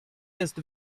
jest